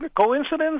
coincidence